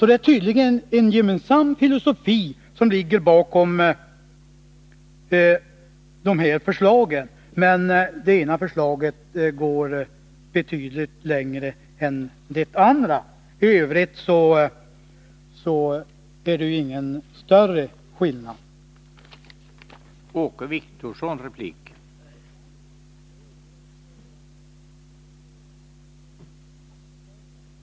Det är tydligen en gemensam filosofi som ligger bakom dessa förslag, men det ena förslaget går betydligt längre än det andra. I övrigt är det ingen större skillnad.